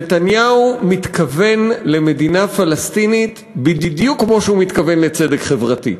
נתניהו מתכוון למדינה פלסטינית בדיוק כמו שהוא מתכוון לצדק חברתי.